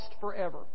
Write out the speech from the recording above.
forever